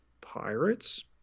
pirates